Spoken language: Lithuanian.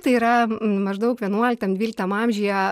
tai yra maždaug vienuoliktam dvyliktam amžiuje